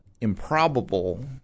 improbable